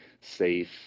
safe